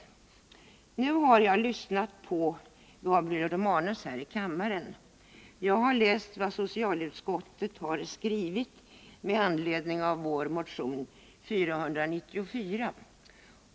Nu har jag lyssnat till Gabriel Romanus här i kammaren, och jag har läst vad socialutskottet skriver med anledning av vår motion 494.